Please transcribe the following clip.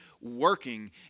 working